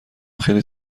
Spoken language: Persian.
خیلی